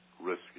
risk